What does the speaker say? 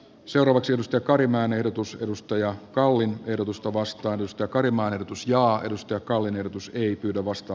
seuraavaksi mustakarinmäen ehdotus lusto ja kalliin ehdotusta vastaan risto karimaa verotus ja edustaja kallen ehdotus ei pyydä vasta